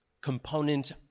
component